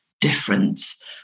Difference